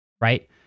right